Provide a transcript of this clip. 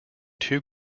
two